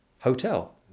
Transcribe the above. hotel